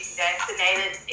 vaccinated